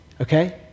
Okay